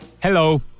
Hello